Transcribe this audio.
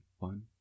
One